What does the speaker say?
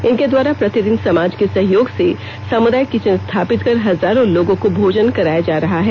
इनके द्वारा प्रतिदिन समाज के सहयोग से सामुदायिक किचन स्थापित कर हजारों लोगों को भोजन कराया जा रहा है